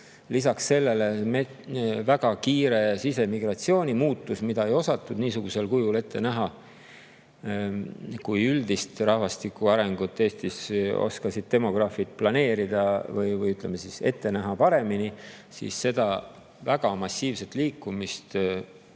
Lisaks sellele on olnud väga kiire sisemigratsiooni muutus, mida ei osatud niisugusel kujul ette näha. Üldist rahvastiku arengut Eestis oskasid demograafid ette näha paremini, aga väga massiivset liikumist